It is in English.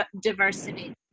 diversity